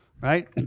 Right